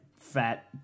fat